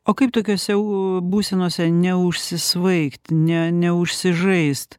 o kaip tokiose u būsenose neužsisvaigt ne neužsižaist